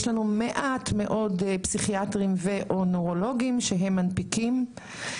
יש מעט מאוד פסיכיאטרים ו/או נוירולוגים שמנפיקים,